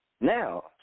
Now